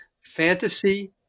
fantasy